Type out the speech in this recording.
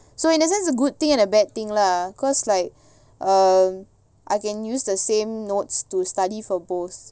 so in the sense it's a good thing and bad thing lah cause like um I can use the same notes to study for both